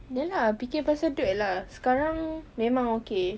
ya lah fikir pasal duit lah sekarang memang okay